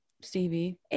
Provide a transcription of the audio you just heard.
Stevie